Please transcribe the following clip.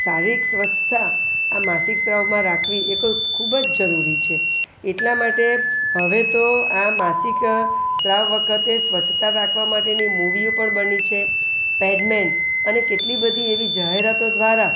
શારીરિક સ્વચ્છતા આ માસિક સ્ત્રાવમાં રાખવી એ તો ખૂબ જ જરૂરી છે એટલા માટે હવે તો આ માસિક સ્ત્રાવ વખતે સ્વચ્છતા રાખવા માટેની મૂવીઓ પણ બની છે પેડમેન અને કેટલી બધી એવી જાહેરાતો દ્વારા